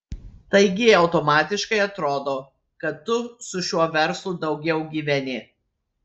taigi automatiškai atrodo kad tu su šiuo verslu daugiau gyveni